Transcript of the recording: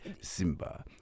Simba